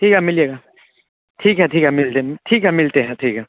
ठीक है मिलिएगा ठीक है ठीक है मिलते हैं ठीक है मिलते हैं ठीक है